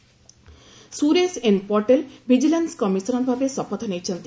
vigilance commissioner Suresh N Patel vigilance commissioner ଭାବେ ଶପଥ ନେଇଛନ୍ତି